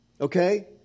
Okay